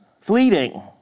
fleeting